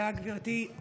תודה, גברתי היושבת-ראש.